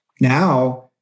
Now